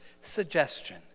suggestion